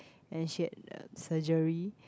and she had a surgery